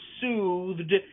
soothed